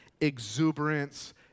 exuberance